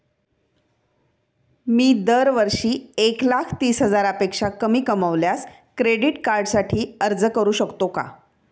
मी दरवर्षी एक लाख तीस हजारापेक्षा कमी कमावल्यास क्रेडिट कार्डसाठी अर्ज करू शकतो का?